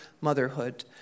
motherhood